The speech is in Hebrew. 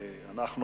יחימוביץ.